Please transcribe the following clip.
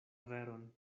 veron